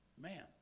man